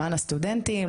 למען הסטודנטים,